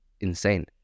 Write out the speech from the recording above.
insane